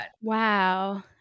wow